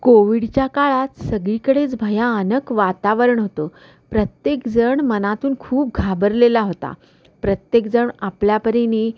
कोविडच्या काळात सगळीकडेच भयानक वातावरण होतं प्रत्येकजण मनातून खूप घाबरलेला होता प्रत्येकजण आपल्यापरीने